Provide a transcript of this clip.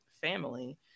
family